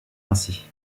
ainsi